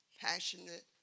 passionate